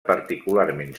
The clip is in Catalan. particularment